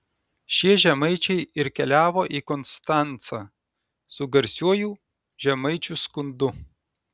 šie žemaičiai ir keliavo į konstancą su garsiuoju žemaičių skundu